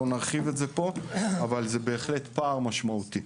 לא נרחיב על זה פה, אבל זה בהחלט פער משמעותי.